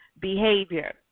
behavior